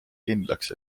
kindlaks